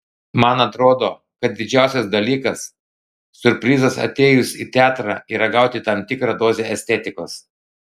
man atrodo kad didžiausias dalykas siurprizas atėjus į teatrą yra gauti tam tikrą dozę estetikos